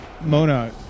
Mona